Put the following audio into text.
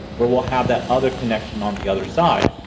where we'll have that other connection on the other side.